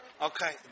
Okay